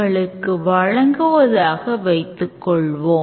இதை விளக்க ஒரு எடுத்துக்காட்டு எடுத்துக்கொள்வோம்